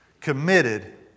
committed